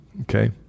Okay